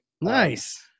Nice